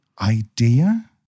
idea